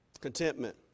contentment